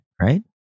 right